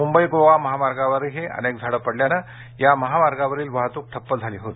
मुंबई गोवा महामार्गावरही अनेक झाडं पडल्यानं या महामार्गावरील वाहतूक ठप्प झाली होती